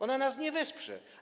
Ona nas nie wesprze.